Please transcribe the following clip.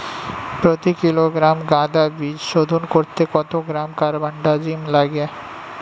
প্রতি কিলোগ্রাম গাঁদা বীজ শোধন করতে কত গ্রাম কারবানডাজিম লাগে?